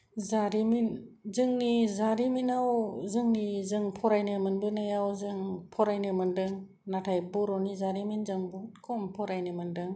जारिमिन जोंनि जारिमिनाव जोंनि जों फरायनो मोनबोनायाव जों फरायनो मोनदों नाथाय बर'नि जारिमिन जों बहुद खम फरायनो मोनदों